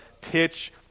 pitch